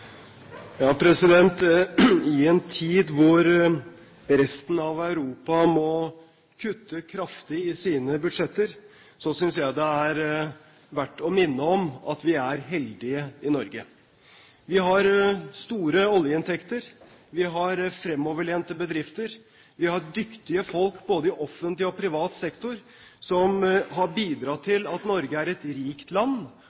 I en tid da resten av Europa må kutte kraftig i sine budsjetter, synes jeg det er verdt å minne om at vi er heldige i Norge. Vi har store oljeinntekter. Vi har fremoverlente bedrifter. Vi har dyktige folk både i offentlig og i privat sektor som har bidratt til at Norge er et rikt land